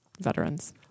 veterans